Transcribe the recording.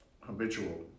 habitual